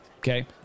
Okay